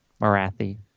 Marathi